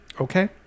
Okay